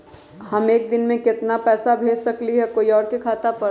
हम एक दिन में केतना पैसा भेज सकली ह कोई के खाता पर?